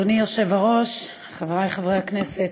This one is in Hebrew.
אדוני היושב-ראש, חברי חברי הכנסת,